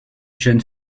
jeune